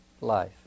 life